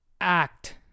act